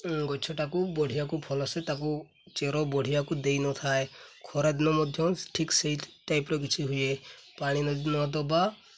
ଗଛଟାକୁ ବଢ଼ିବାକୁ ଫଲସେ ତାକୁ ଚେର ବଢ଼ିବାକୁ ଦେଇନଥାଏ ଖରାଦିନ ମଧ୍ୟ ଠିକ୍ ସେଇ ଟାଇପ୍ର କିଛି ହୁଏ ପାଣି ନଦୀ ନଦବା